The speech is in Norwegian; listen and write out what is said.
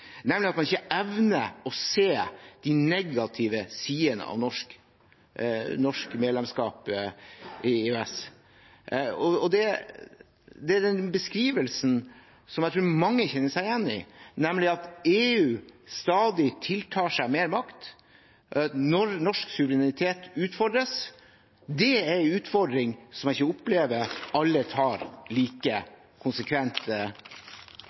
nemlig at man ikke evner å se de negative sidene ved norsk medlemskap i EØS. Det er den beskrivelsen som jeg tror mange kjenner seg igjen i, nemlig at EU stadig tiltar seg mer makt, at norsk suverenitet utfordres. Det er en utfordring som jeg ikke opplever at alle tar like konsekvent